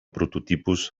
prototipus